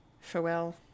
Farewell